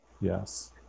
Yes